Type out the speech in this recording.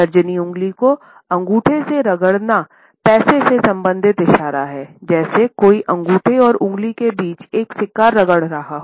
तर्जनी उंगली को अंगूठे के रगड़ना पैसे से संबंधित इशारा है जैसे कोई अंगूठे और उंगलियों के बीच एक सिक्का रगड़ रहा हो